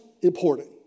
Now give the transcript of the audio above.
important